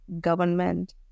government